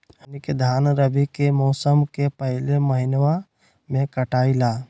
हमनी के धान रवि के मौसम के पहले महिनवा में कटाई ला